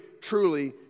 truly